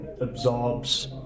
absorbs